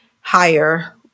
higher